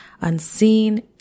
unseen